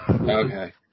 Okay